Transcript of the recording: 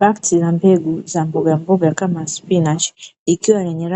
Rafti za mbegu za mbogamboga kama spinachi ikiwa yenye